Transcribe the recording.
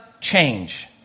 change